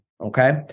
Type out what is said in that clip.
okay